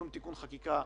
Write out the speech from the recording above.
שום תיקון חקיקה,